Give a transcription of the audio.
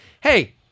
Hey